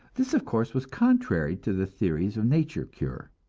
this, of course, was contrary to the theories of nature cure,